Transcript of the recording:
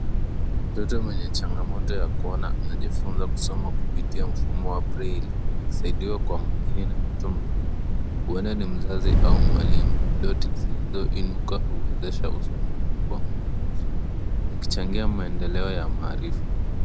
Mtoto mwenye changamoto ya kuona anajifunza kusoma kupitia mfumo wa breli akisaidiwa kwa makini na mtu mzima, huenda ni mzazi au mwalimu. Doti zilizoinuka huwezesha usomaji kwa mtu husika, zikichangia maendeleo ya maarifa.